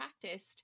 practiced